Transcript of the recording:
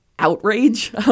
outrage